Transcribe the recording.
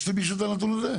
יש למישהו את הנתון הזה?